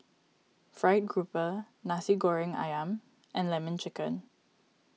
Fried Grouper Nasi Goreng Ayam and Lemon Chicken